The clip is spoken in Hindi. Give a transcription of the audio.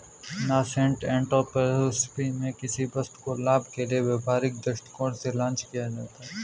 नासेंट एंटरप्रेन्योरशिप में किसी वस्तु को लाभ के लिए व्यापारिक दृष्टिकोण से लॉन्च किया जाता है